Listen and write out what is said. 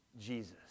Jesus